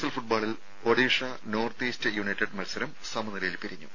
L ഫുട്ബോളിൽ Odisha North East United മത്സരം സമനിലയിൽ പിരിഞ്ഞു